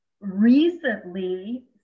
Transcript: Recently